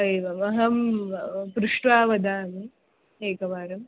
एवम् अहं पृष्ट्वा वदामि एकवारम्